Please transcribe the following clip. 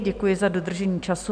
Děkuji za dodržení času.